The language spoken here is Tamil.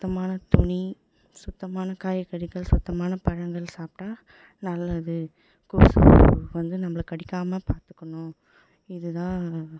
சுத்தமான துணி சுத்தமான காய்கறிகள் சுத்தமான பழங்கள் சாப்பிட்டா நல்லது கொசு வந்து நம்பளை கடிக்காமல் பார்த்துக்கணும் இது தான்